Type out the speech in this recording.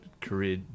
career